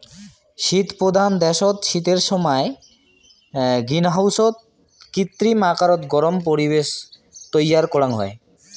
শীতপ্রধান দ্যাশত শীতের সমায় গ্রীনহাউসত কৃত্রিম আকারত গরম পরিবেশ তৈয়ার করাং হই